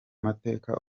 amateka